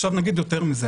עכשיו נגיד יותר מזה,